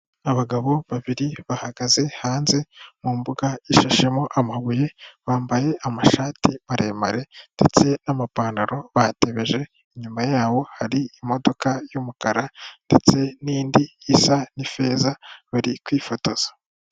Abagabo babiri bahagaze hanze mu mbuga ishashemo amabuye, bambaye amashati maremare ndetse n'amapantaro batebeje, inyuma yabo hari imodoka y'umukara ndetse n'indi isa n'ifeza bari kwifotoza.